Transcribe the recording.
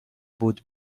بود